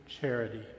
charity